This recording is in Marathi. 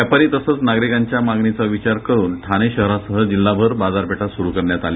व्यापारी तसच नागरिकांच्या मागणीचा विचार करुन ठाणे शहरासह जिल्हयाभर बाजारपेठा सुरु करण्यात आल्या